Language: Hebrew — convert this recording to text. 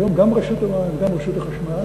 היום גם רשות המים וגם רשות החשמל,